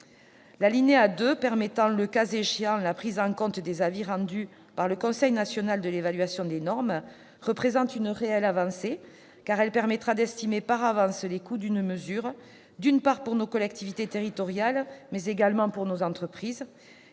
L'alinéa 2 permettant, le cas échéant, la prise en compte des avis rendus par le Conseil national de l'évaluation des normes représente une réelle avancée, car cela permettra d'estimer par avance les coûts d'une mesure, non seulement pour nos collectivités territoriales, mais également pour nos entreprises.